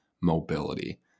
mobility